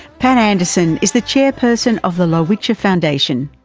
pat anderson is the chairperson of the lowitja foundation.